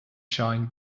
shine